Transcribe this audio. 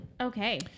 Okay